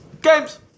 games